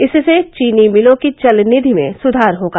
इससे चीनी मिलों की चल निधि में सुधार होगा